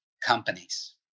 companies